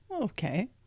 okay